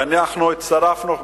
ואנחנו הצטרפנו,